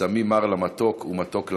שמים מר למתוק ומתוק למר".